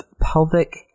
pelvic